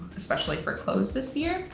especially for clothes this year.